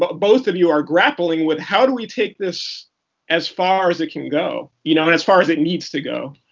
but both of you are grappling with how do we take this as far as it can go? you know? as far as it needs to go.